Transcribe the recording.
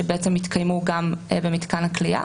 שיתקיימו גם במתקן הכליאה.